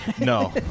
No